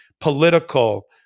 political